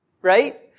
Right